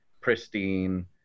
pristine